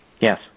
yes